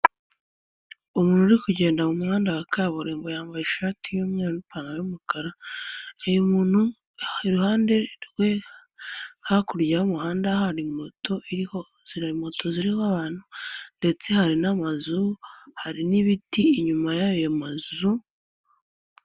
Umuntu uri kugenda mu muhanda wa kaburimbo yambaye ishati y'umweru n'ipantaro y'umukara. Uyu muntu iruhande rwe hakurya y'umuhanda hari moto, moto ziriho abantu ndetse hari n'amazu, hari n'ibiti inyuma y'ayo mazu...